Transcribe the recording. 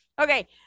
Okay